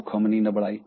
જોખમની નબળાઈ